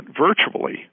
virtually